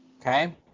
Okay